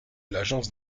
l’agence